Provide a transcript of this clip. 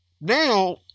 now